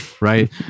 right